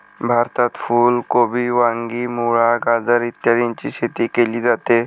भारतात फुल कोबी, वांगी, मुळा, गाजर इत्यादीची शेती केली जाते